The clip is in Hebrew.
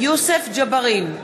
יוסף ג'בארין,